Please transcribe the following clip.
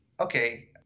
okay